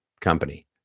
company